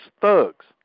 thugs